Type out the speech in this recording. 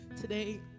today